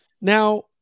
Now